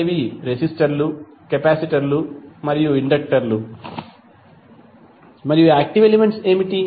అవి రెసిస్టర్లు కెపాసిటర్లు మరియు ఇండక్టర్లు మరియు యాక్టివ్ ఎలిమెంట్స్ ఏమిటి